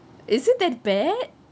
is it that bad